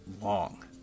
long